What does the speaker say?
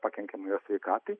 pakenkiama jo sveikatai